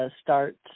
Start